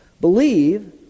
believe